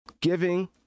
giving